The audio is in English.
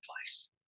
place